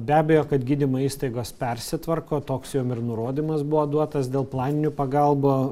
be abejo kad gydymo įstaigos persitvarko toks jom ir nurodymas buvo duotas dėl planinių pagalba